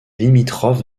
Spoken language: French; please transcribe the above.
limitrophe